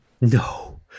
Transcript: no